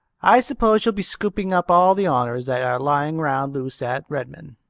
i s'pose you'll be scooping up all the honors that are lying round loose at redmond.